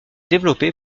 développé